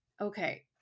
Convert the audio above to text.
Okay